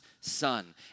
son